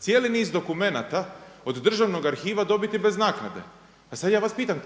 cijeli niz dokumenata od Državnog arhiva dobiti bez naknade. Pa sada ja vas pitam,